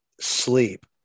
sleep